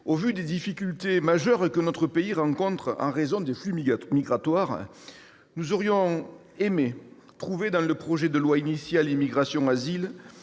Au vu des difficultés majeures que notre pays rencontre en raison des flux migratoires, nous aurions aimé trouver, dans le projet de loi initial pour une immigration